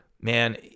Man